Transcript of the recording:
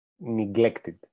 neglected